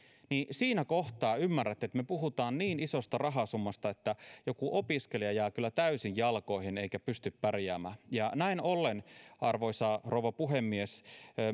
siinä kohtaa ymmärrätte että me puhumme niin isosta rahasummasta että joku opiskelija jää kyllä täysin jalkoihin eikä pysty pärjäämään ja näin ollen arvoisa rouva puhemies